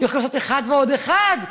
הסמכות שניתנה ליושב-ראש,